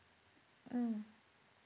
mm